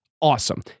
Awesome